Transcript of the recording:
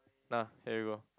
nah here you go